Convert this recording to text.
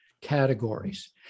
categories